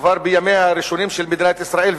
כבר בימיה הראשונים של מדינת ישראל,